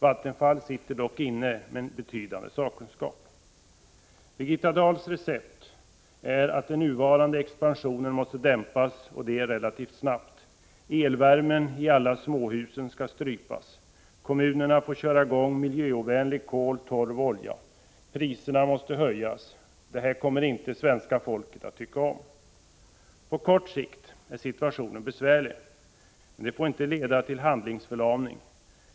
Vattenfall sitter dock inne med en betydande sakkunskap. Birgitta Dahls recept är att den nuvarande expansionen måste dämpas och det relativt snart. Elvärmen i alla småhus skall strypas. Kommunerna får köra i gång med miljöovänliga bränslen som kol, torv och olja. Priserna måste höjas. Det här kommer inte svenska folket att tycka om. På kort sikt är situationen besvärlig, men det får inte leda till handlingsförlamning.